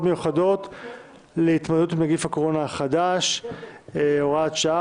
מיוחדות להתמודדות עם נגיף הקורונה החדש (הוראת שעה),